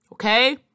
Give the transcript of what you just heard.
Okay